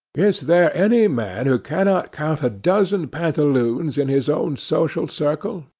is there any man who cannot count a dozen pantaloons in his own social circle?